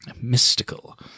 Mystical